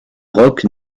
rock